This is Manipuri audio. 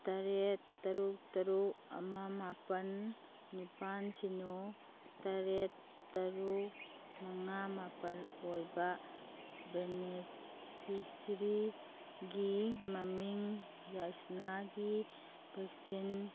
ꯇꯔꯦꯠ ꯇꯔꯨꯛ ꯇꯔꯨꯛ ꯑꯃ ꯃꯥꯄꯜ ꯅꯤꯄꯥꯜ ꯁꯤꯅꯣ ꯇꯔꯦꯠ ꯇꯔꯨꯛ ꯃꯉꯥ ꯃꯥꯄꯜ ꯑꯣꯏꯕ ꯕꯦꯅꯤꯐꯤꯁꯔꯤꯒꯤ ꯃꯃꯤꯡ ꯌꯥꯏꯁꯅꯥꯒꯤ ꯕꯦꯛꯁꯤꯟ